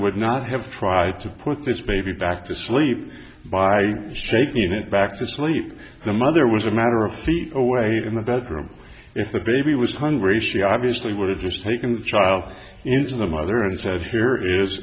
would not have tried to put this baby back to sleep by shaking it back to sleep the mother was a matter of feet away in the bedroom if the baby was hungry she obviously were just taken the child into the mother and said here is